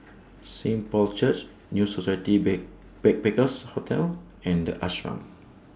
Saint Paul's Church New Society Bay Backpackers' Hotel and The Ashram